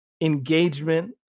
engagement